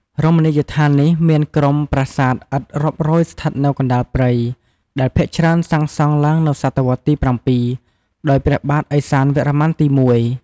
រមណីយដ្ឋាននេះមានក្រុមប្រាសាទឥដ្ឋរាប់រយស្ថិតនៅកណ្តាលព្រៃ ដែលភាគច្រើនសាងសង់ឡើងនៅសតវត្សទី ៧ ដោយព្រះបាទឦសានវរ្ម័នទី១។